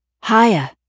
higher